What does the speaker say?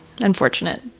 unfortunate